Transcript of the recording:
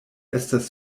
estas